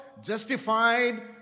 justified